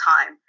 time